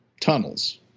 tunnels